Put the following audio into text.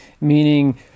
meaning